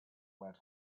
went